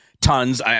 Tons